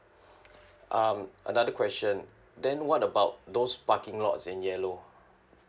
um another question then what about those parking lots in yellow